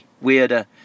weirder